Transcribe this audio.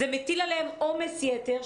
זה מטיל עליהם עומס יתר,